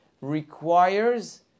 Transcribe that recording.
requires